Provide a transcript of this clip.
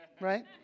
right